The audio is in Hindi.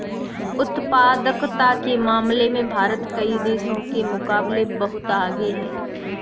उत्पादकता के मामले में भारत कई देशों के मुकाबले बहुत आगे है